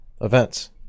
events